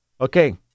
Okay